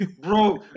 Bro